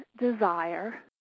desire